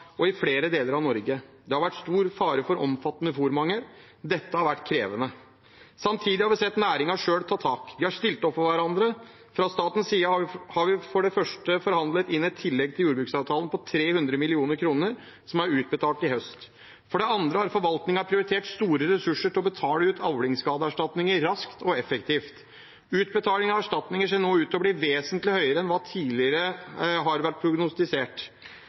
og i flere deler av Norge. Det har vært stor fare for omfattende fôrmangel. Dette har vært krevende. Samtidig har vi sett næringen selv ta tak. De har stilt opp for hverandre. Fra statens side har vi for det første forhandlet inn et tillegg til jordbruksavtalen på 300 mill. kr som er utbetalt i høst. For det andre har forvaltningen prioritert store ressurser til å betale ut avlingsskadeerstatninger raskt og effektivt. Utbetalingene av erstatninger ser nå ut til å bli vesentlig høyere enn hva vi tidligere har